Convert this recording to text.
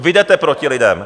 Vy jdete proti lidem.